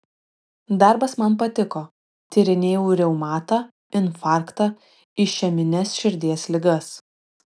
darbas man patiko tyrinėjau reumatą infarktą išemines širdies ligas